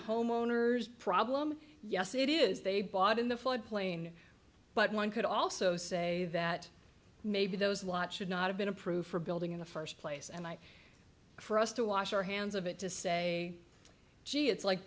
homeowners problem yes it is they bought in the flood plain but one could also say that maybe those lot should not have been approved for building in the first place and i trust to wash our hands of it to say gee it's like